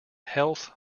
health